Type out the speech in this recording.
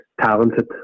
talented